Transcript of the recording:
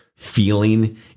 feeling